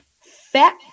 Fat